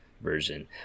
version